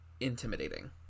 intimidating